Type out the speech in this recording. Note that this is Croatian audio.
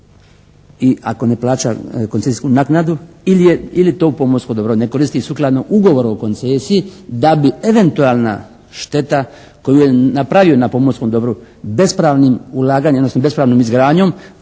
i ako ne plaća koncesijsku naknadu ili to pomorsko dobro ne koristi sukladno ugovoru o koncesiji, da bi eventualna šteta koju je napravio na pomorskom dobru bespravnim ulaganjem, odnosno bespravnom izgradnjom